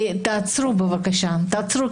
בבקשה, תעצרו.